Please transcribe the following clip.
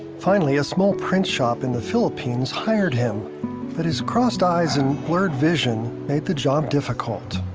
finally a small print shop in the philippines hired him but his crossed eyes and blurred vision made the job difficult.